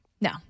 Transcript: No